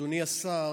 אדוני השר,